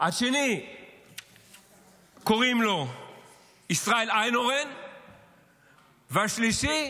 השני קוראים לו ישראל איינהורן, והשלישי,